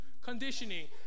conditioning